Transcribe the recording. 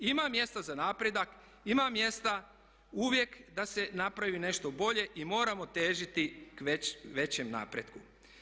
Ima mjesta za napredak, ima mjesta uvijek da se napravi nešto bolje i moramo težiti većem napretku.